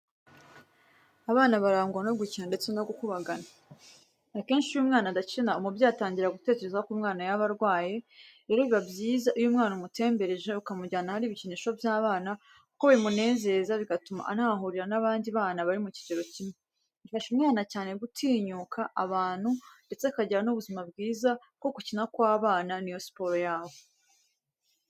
Abana barangwa no gukina ndetse no kukubagana, akesnhi iyo umwana adakina umubyeyi atangira gutekereza ko umwana yaba arwaye, rero biba byiza iyo umwana umutembereje ukamujyana ahari ibikinisho by'abana kuko bimunezeza bigatuma anahahurira n'abandi bana bari mu kigero kimwe, bifasha umwana cyane gutinyuka abantu ndetse akagira n'ubuzima bwiza kuko gukina kw'abana niyo siporo yabo.